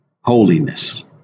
Holiness